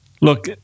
look